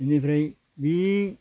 इनिफ्राय बि